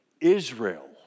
Israel